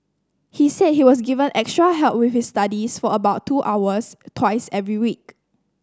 he said he was given extra help with his studies for about two hours twice every week